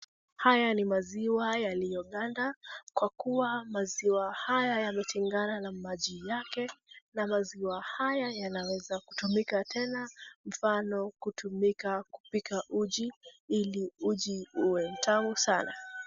Haya ni maziwa yalioganda kwa kuwa maziwa haya yametengana na maji yake na maziwa haya yanaweza kutumika tena, mfano kutumika kupika uji ili uji uwe mtamu sana.